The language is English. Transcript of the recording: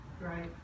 Right